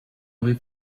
with